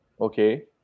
okay